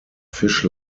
fish